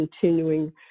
continuing